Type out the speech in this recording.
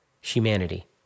humanity